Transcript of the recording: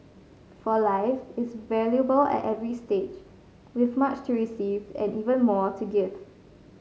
for life is valuable at every stage with much to receive and even more to give